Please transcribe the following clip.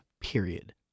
Period